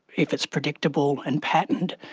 if it's predictable and patterned,